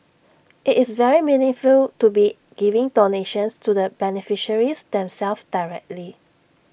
IT is very meaningful to be giving donations to the beneficiaries themselves directly